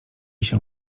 się